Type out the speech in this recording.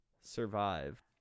survive